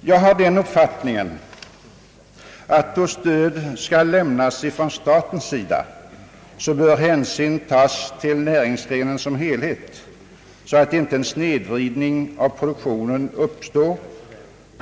Jag har den uppfattningen att, då stöd skall lämnas från statens sida, hänsyn bör tas till näringsgrenen som helhet, så att en snedvridning av produktionen inte uppstår,